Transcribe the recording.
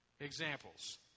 Examples